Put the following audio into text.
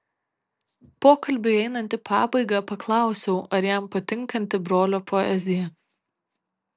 pokalbiui einant į pabaigą paklausiau ar jam patinkanti brolio poezija